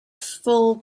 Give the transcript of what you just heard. full